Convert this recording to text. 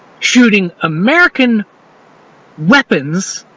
shooting american weapons,